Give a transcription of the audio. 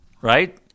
right